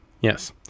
Yes